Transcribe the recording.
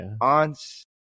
aunt's